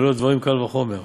והלוא דברים קל וחומר,